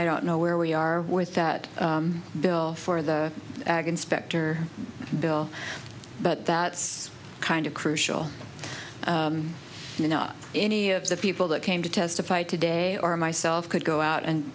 i don't know where we are with that bill for the ag and specter bill but that's kind of crucial you know any of the people that came to testify today or myself could go out and